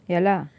ya lah